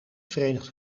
verenigd